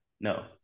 No